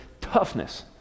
Toughness